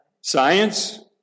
Science